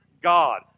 God